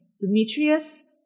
Demetrius